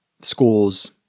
schools